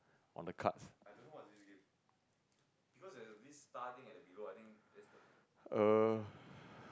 on the cards